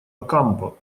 окампо